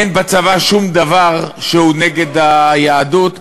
אין בצבא שום דבר שהוא נגד היהדות.